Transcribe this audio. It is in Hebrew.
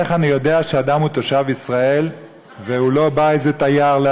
איך אני יודע שאדם הוא תושב ישראל ולא בא כאיזה תייר,